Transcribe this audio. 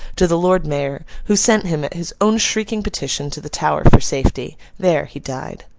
to the lord mayor, who sent him, at his own shrieking petition, to the tower for safety. there, he died.